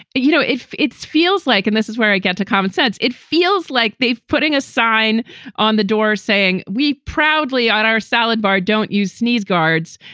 you know, if it's feels like and this is where i get to commonsense, it feels like they've putting a sign on the door saying we proudly on our salad bar, don't you sneeze guards?